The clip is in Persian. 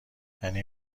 یعنی